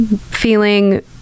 feeling